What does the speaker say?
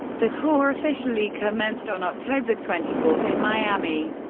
the tour officially commenced on october twenty four in miami.